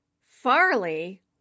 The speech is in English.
Farley